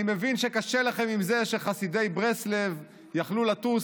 אני מבין שקשה לכם עם זה שחסידי ברסלב יכלו לטוס